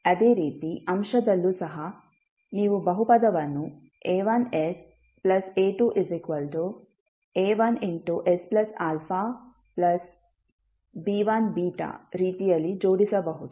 ಅದೇ ರೀತಿ ಅಂಶದಲ್ಲೂ ಸಹ ನೀವು ಬಹುಪದವನ್ನು A1sA2A1sαB1 ರೀತಿಯಲ್ಲಿ ಜೋಡಿಸಬಹುದು